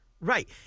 right